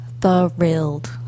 thrilled